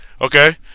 okay